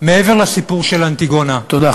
מעבר לסיפור של אנטיגונה, תודה.